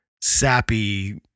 sappy